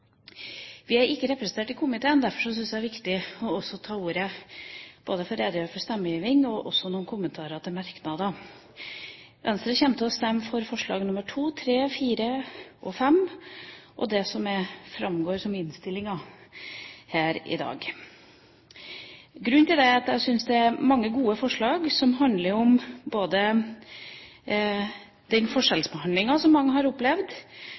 Vi er ikke representert i komiteen, derfor syns jeg det er viktig å ta ordet både for å redegjøre for vår stemmegivning og også for å komme med noen kommentarer til merknader. Venstre kommer til å stemme for forslagene nr. 2, 3, 4 og 5, og det som framgår som innstillingen her i dag. Grunnen til det er at jeg syns det er mange gode forslag som handler om den forskjellsbehandlingen som mange har opplevd,